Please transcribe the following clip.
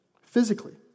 physically